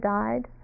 died